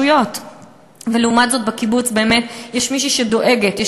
לעומת זאת בקיבוץ יש מי שדואגת,